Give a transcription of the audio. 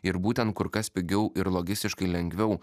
ir būtent kur kas pigiau ir logistiškai lengviau